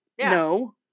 no